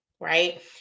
Right